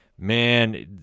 Man